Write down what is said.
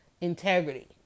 Integrity